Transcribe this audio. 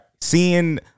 Seeing